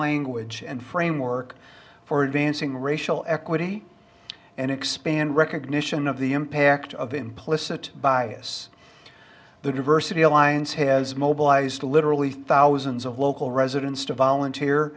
language and framework for advancing racial equity and expand recognition of the impact of implicit bias the diversity alliance has mobilized literally thousands of local residents to volunteer